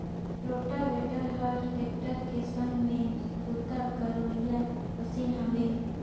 rotavator हर tractor के संघ में बूता करोइया मसीन हवे